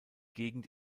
gegend